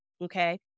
Okay